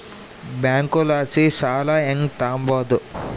ಬ್ಯಾಂಕಲಾಸಿ ಸಾಲ ಹೆಂಗ್ ತಾಂಬದು?